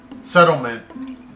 settlement